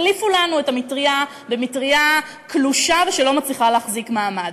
החליפו לנו את המטרייה במטרייה קלושה שלא מצליחה להחזיק מעמד.